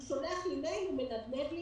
הוא שולח לי מייל ו"מנדנד לי",